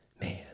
Man